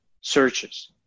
searches